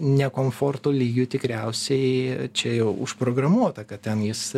ne komforto lygiu tikriausiai čia jau užprogramuota kad ten jis